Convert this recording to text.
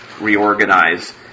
reorganize